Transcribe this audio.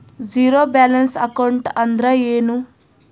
Zero balance account ಅಂದ್ರ ಏನು?